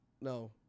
no